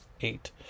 Eight